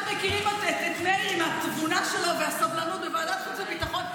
אנחנו מכירים את מאיר עם התבונה שלו ועם הסובלנות מוועדת חוץ וביטחון.